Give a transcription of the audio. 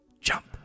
Jump